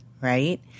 right